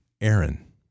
Aaron